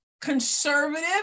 conservative